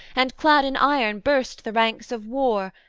and clad in iron burst the ranks of war,